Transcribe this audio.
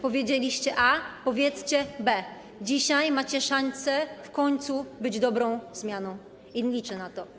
Powiedzieliście: A, powiedzcie: B. Dzisiaj macie szansę w końcu być dobrą zmianą i liczę na to.